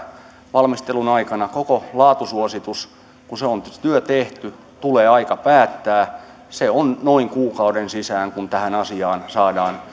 valmistelun aikana katsotaan tämä koko laatusuositus kun se työ on tehty tulee aika päättää se on noin kuukauden sisään kun tähän asiaan saadaan